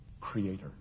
Creator